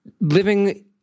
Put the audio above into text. living